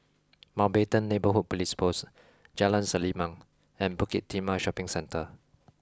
Mountbatten Neighbourhood Police Post Jalan Selimang and Bukit Timah Shopping Centre